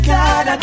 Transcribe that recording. God